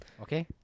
okay